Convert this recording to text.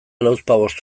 lauzpabost